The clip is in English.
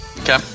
Okay